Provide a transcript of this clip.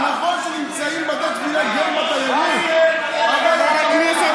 מאזן, עובדים עליך.